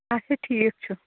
اچھا ٹھیٖک چھُ